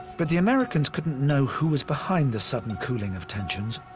but the americans couldn't know who was behind the sudden cooling of tensions,